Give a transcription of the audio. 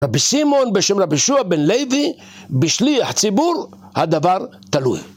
רבי שמעון בשם רבי יהושע בן לוי בשליח ציבור הדבר תלוי